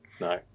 No